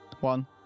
One